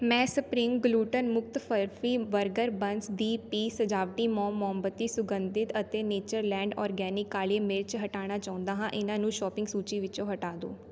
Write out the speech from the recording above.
ਮੈਂ spring gluten ਮੁਕਤ ਫਰਫੀ ਬਰਗਰ ਬੰਸ ਦੀ ਪੀ ਸਜਾਵਟੀ ਮੋਮ ਮੋਮਬੱਤੀ ਸੁਗੰਧਿਤ ਅਤੇ ਨੇਚਰਲੈਂਡ ਔਰਗੈਨਿਕ ਕਾਲੀ ਮਿਰਚ ਹਟਾਣਾ ਚਾਹੁੰਦਾ ਹਾਂ ਇਹਨਾਂ ਨੂੰ ਸ਼ੋਪਿੰਗ ਸੂਚੀ ਵਿੱਚੋਂ ਹਟਾ ਦਿਉ